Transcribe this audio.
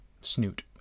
Snoot